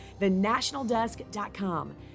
thenationaldesk.com